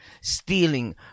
stealing